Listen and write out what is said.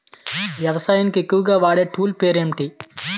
వ్యవసాయానికి ఎక్కువుగా వాడే టూల్ పేరు ఏంటి?